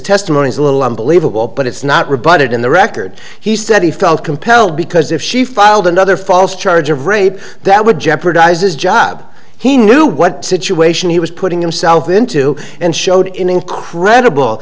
testimony is a little unbelievable but it's not rebutted in the record he said he felt compelled because if she filed another false charge of rape that would jeopardize his job he knew what situation he was putting himself into and showed incredible